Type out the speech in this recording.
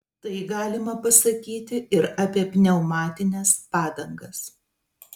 tai galima pasakyti ir apie pneumatines padangas